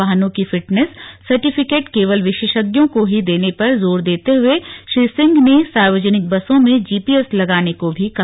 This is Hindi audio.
वाहनों की फिटनेस सार्टिफिकेट केवल विशेषज्ञों को ही देने पर जोर देते हुए श्री सिंह ने सार्वजनिक बसों नें जीपीएस लगाने को भी कहा